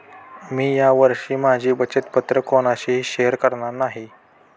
मी या वर्षी माझी बचत पत्र कोणाशीही शेअर करणार नाही